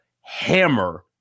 hammer